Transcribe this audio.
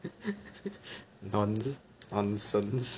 non~ nonsense